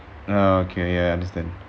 okay ya understand